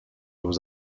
aux